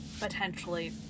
potentially